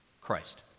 Christ